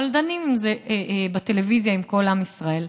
אבל דנים בזה בטלוויזיה עם כל עם ישראל.